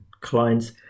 clients